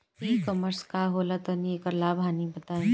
ई कॉमर्स का होला तनि एकर लाभ हानि बताई?